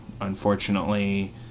unfortunately